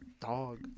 dog